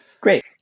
great